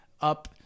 up